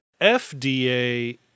FDA